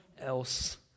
else